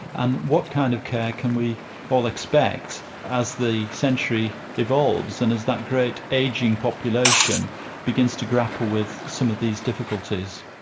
and what kind of care can we all expect as the century evolves, and as that great ageing population begins to grapple with some of these difficulties.